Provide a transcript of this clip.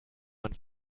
man